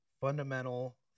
fundamental